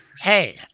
hey